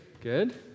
Good